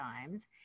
times